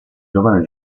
giovane